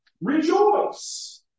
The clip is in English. rejoice